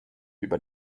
über